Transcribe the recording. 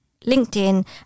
LinkedIn